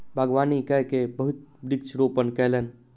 बागवानी कय के बहुत वृक्ष रोपण कयलैन